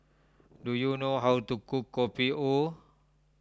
do you know how to cook Kopi O